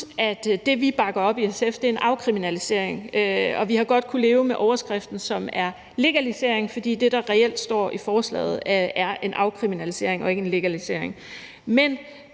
det, vi bakker op i SF, er en afkriminalisering, og vi har godt kunnet leve med overskriften, som er legalisering, fordi det, der reelt står i forslaget, er en afkriminalisering og ikke en legalisering.